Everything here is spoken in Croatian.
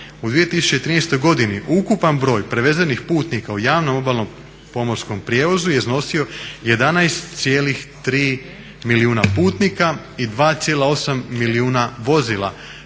U 2013. godini ukupan broj prevezenih putnika u javnom obalnom pomorskom prijevozu je iznosio 11,3 milijuna putnika i 2,8 milijuna vozila